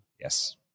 Yes